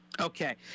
Okay